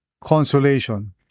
consolation